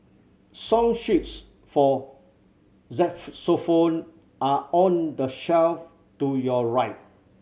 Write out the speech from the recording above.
song sheets for are on the shelf to your right